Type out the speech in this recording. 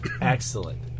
Excellent